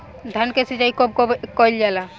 धान के सिचाई कब कब कएल जाला?